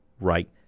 right